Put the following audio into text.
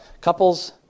couples